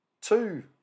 Two